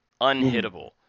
unhittable